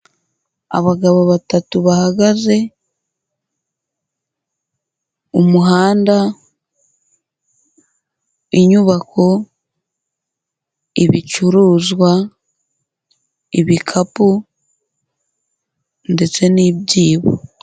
Abagabo batatu bahagaze, umuhanda, inyubako, ibicuruzwa , ibikapu ndetse n'ibyibo.